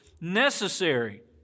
necessary